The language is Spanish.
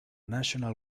national